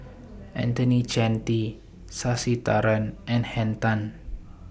Anthony Chen T Sasitharan and Henn Tan